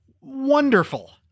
wonderful